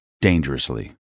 dangerously